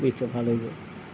বিষটো ভাল হৈ যায়